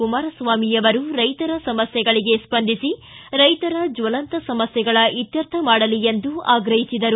ಕುಮಾರಸ್ವಾಮಿ ಅವರು ರೈತರ ಸಮಸ್ಥೆಗಳಿಗೆ ಸ್ಪಂದಿಸಿ ರೈತರ ಜ್ವಲಂತ ಸಮಸ್ಕೆಗಳ ಇತ್ಕರ್ಥ ಮಾಡಲಿ ಎಂದು ಆಗ್ರಹಿಸಿದರು